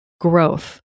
growth